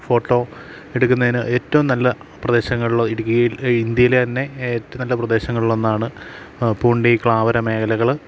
photo എടുക്കുന്നതിന് ഏറ്റവും നല്ല പ്രദേശങ്ങളിൽ ഇടുക്കിയിൽ ഇന്ത്യയിലെ തന്നെ ഏറ്റവും നല്ല പ്രദേശങ്ങളിൽ ഒന്നാണ് പൂണ്ടി ക്ലാവര മേഖലകൾ